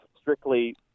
strictly